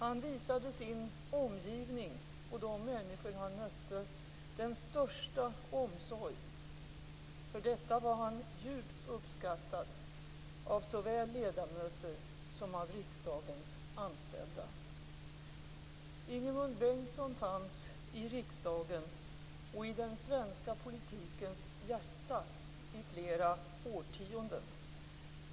Han visade sin omgivning och de människor han mötte den största omsorg. För detta var han djupt uppskattad av såväl ledamöter som av riksdagens anställda. Ingemund Bengtsson fanns i riksdagen och i den svenska politikens hjärta genom flera årtionden.